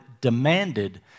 demanded